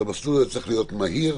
שהמסלול יהיה מהיר,